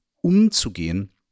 umzugehen